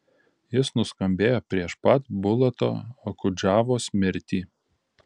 jis nuskambėjo prieš pat bulato okudžavos mirtį